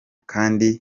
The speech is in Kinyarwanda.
kandi